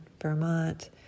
Vermont